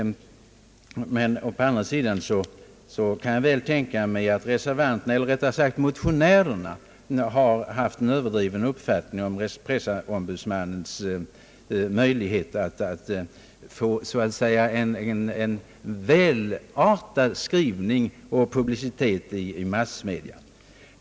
Å andra sidan kan jag väl tänka mig att motionärerna haft en överdriven uppfattning om pressombudsmannens möjligheter att få så att säga välartad publicitet i massmedia.